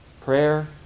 Prayer